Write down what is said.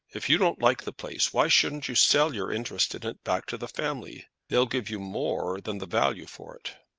if you don't like the place, why shouldn't you sell your interest in it back to the family? they'd give you more than the value for it.